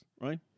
Right